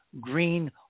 green